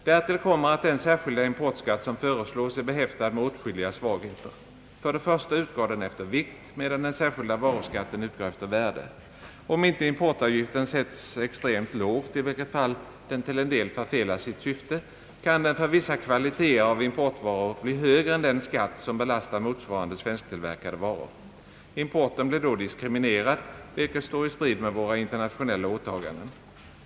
Därtill kommer att den särskilda importskatt som föreslås är behäftad med åtskilliga svagheter. För det första utgår den efter vikt, medan den särskilda varuskatten utgår efter värde. Om inte importavgiften sätts extremt lågt, i vilket fall den till en del förfelar sitt syfte, kan den för vissa kvaliteter av importvaror bli högre än den skatt som belastar motsvarande svensktillverkade varor. Importen blir då diskriminerad, vilket står i strid med våra internationella åtaganden.